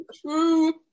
true